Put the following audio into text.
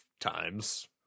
times